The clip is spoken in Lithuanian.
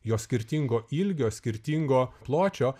jos skirtingo ilgio skirtingo pločio